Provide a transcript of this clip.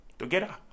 Together